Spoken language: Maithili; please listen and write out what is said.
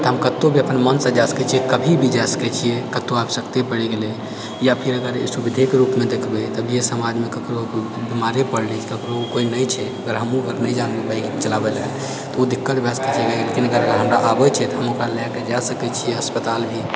तऽ हम कतौ भी हम अपन मनसँ जाइ सकै छियै कभी भी जाइ सकै छियै कतौ आवश्यकते पड़ि गेलै या फेर अगर सुविधेके रूपमे देखबै तभीये समाजमे ककरो बीमार पड़लै ककरो कोइ नहि छै अगर हमहूँ जानबै बाइक चलाबै लए तऽ उ दिक्कत भए सकै छै हमरा आबै छै तऽ हम ओकरा लए कऽ जाए सकै छियै अस्पताल भी